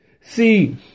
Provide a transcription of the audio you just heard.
See